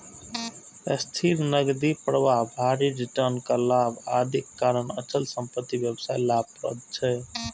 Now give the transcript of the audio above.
स्थिर नकदी प्रवाह, भारी रिटर्न, कर लाभ, आदिक कारण अचल संपत्ति व्यवसाय लाभप्रद छै